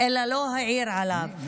אלא מי שלא העיר עליו,